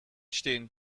stehen